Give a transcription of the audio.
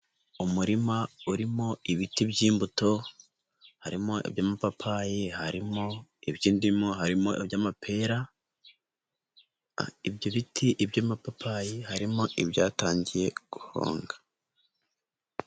Umurima urimo ibiti by'imbuto harimo iby'amapapayi, harimo iby'indimu, harimo iby'amapera. Ibyo biti iby'amapapayi, harimo ibyatangiye guhonga.